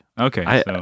Okay